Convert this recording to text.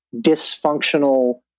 dysfunctional